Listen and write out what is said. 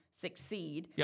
succeed